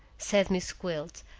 said miss gwilt,